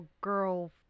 girl